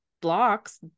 blocks